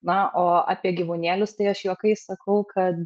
na o apie gyvūnėlius tai aš juokais sakau kad